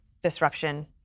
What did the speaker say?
disruption